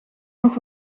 nog